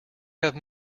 have